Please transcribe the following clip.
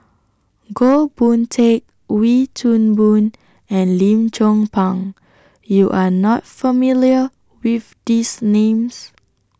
Goh Boon Teck Wee Toon Boon and Lim Chong Pang YOU Are not familiar with These Names